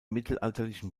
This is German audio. mittelalterlichen